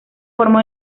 formó